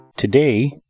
Today